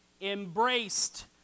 Embraced